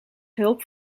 hulp